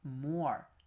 more